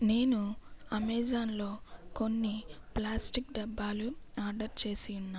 నేను అమెజాన్లో కొన్ని ప్లాస్టిక్ డబ్బాలు ఆర్డర్ చేసి ఉన్నాను